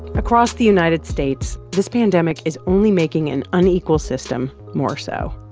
across the united states, this pandemic is only making an unequal system more so.